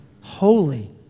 holy